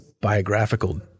biographical